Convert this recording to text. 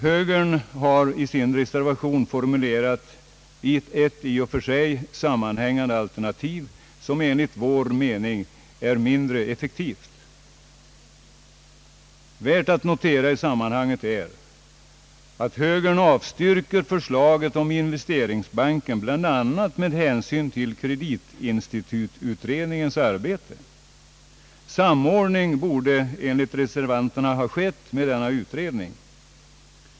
Högern har i sin reservation formulerat ett i och för sig sammanhängande alternativ, som enligt vår mening är mindre effektivt. Värt att notera i sammanhanget är att högern avstyrker förslaget om investeringsbanken bl.a. med hänsyn till kreditinstitututredningens arbete. Samordning borde enligt reser vanterna ha skett med denna utredning.